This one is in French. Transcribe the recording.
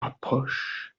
rapproche